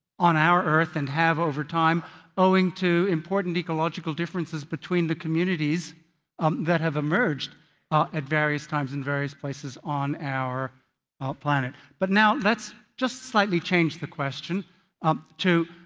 on our earth and have over time owing to important ecological differences between the communities um that have emerged ah at various times and various places on our ah planet. but let's just slightly change the question um to